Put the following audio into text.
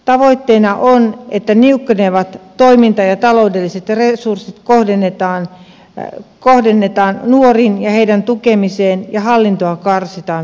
tavoitteena on että niukkenevat toiminta ja taloudelliset resurssit kohdennetaan nuoriin ja heidän tukemiseen ja hallintoa karsitaan minimiin